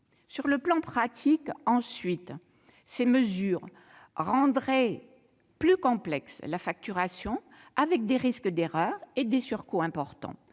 Sur le plan pratique, ensuite, ces mesures rendraient plus complexe la facturation, avec des risques d'erreurs et des surcoûts importants,